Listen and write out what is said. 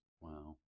Wow